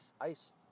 ice